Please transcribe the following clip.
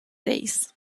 days